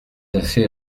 assez